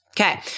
Okay